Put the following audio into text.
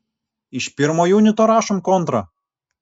iš pirmo junito rašom kontrą